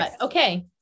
Okay